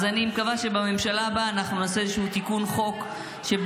אז אני מקווה שבממשלה הבאה אנחנו נעשה איזשהו תיקון חוק שבו